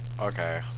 Okay